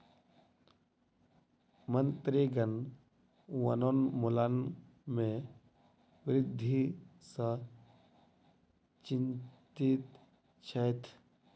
मंत्रीगण वनोन्मूलन में वृद्धि सॅ चिंतित छैथ